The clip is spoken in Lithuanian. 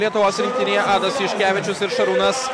lietuvos rinktinėje adas juškevičius ir šarūnas